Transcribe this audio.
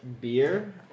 beer